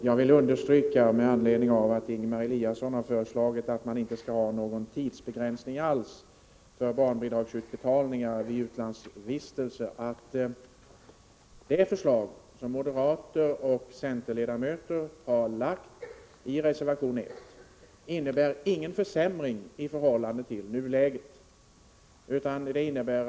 Herr talman! Med anledning av att Ingemar Eliasson har föreslagit att man inte skall ha någon tidsbegränsning alls för barnbidragsutbetalningar vid utlandsvistelser vill jag understryka att det förslag som moderater och centerledamöter har lagt fram i reservation 1 inte innebär någon försämring i förhållande till nuläget.